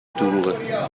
دروغه